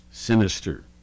Sinister